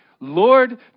Lord